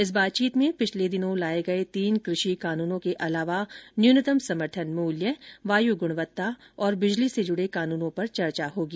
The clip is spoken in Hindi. इस बातचीत में पिछले दिनों लाए गए तीन कृषि कानूनों के अलावा न्यूनतम समर्थन मूल्य वायू गुणवत्ता और बिजली से जुड़े कानूनों पर चर्चा होगी